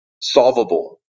solvable